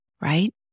right